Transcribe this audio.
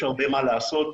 יש הרבה מה לעשות,